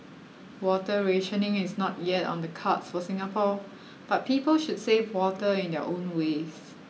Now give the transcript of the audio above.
water rationing is not yet on the cards for Singapore but people should save water in their own ways